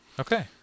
Okay